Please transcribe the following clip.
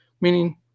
meaning